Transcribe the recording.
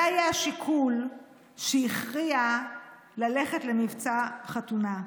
זה היה השיקול שהכריע ללכת למבצע חתונה.